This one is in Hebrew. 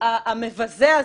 המבזה הזה,